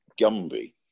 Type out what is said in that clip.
Gumby